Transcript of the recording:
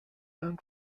and